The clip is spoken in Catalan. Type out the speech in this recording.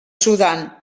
sudan